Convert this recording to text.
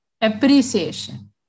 appreciation